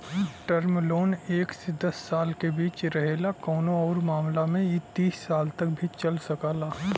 term loan एक से दस साल के बीच रहेला कउनो आउर मामला में इ तीस साल तक भी चल सकला